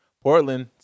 Portland